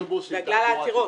בגלל העתירה.